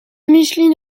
micheline